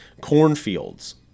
cornfields